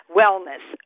wellness